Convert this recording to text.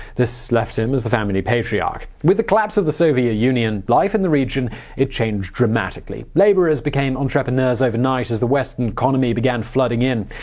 this left him as the family patriarch. with the collapse of the soviet union, life in the region changed dramatically. laborers became entrepreneurs overnight as the western economy began flooding in.